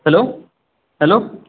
hello hello